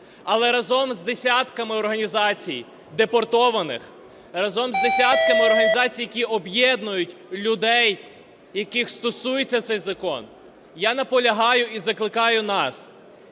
але разом з десятками організацій депортованих, разом з десятками організацій, які об'єднують людей, яких стосується цей закон. Я наполягаю і закликаю нас